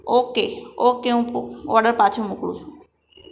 okay okay હું હું order પાછો મોકલું છું